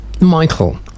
Michael